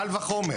קל וחומר.